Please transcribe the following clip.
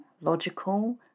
logical